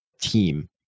team